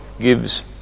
gives